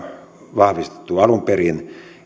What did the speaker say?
vahvistettu alun perin